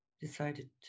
decided